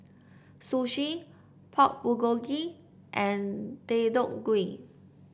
Sushi Pork Bulgogi and Deodeok Gui